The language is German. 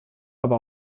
aber